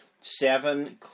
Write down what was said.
seven